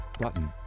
button